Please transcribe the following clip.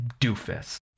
doofus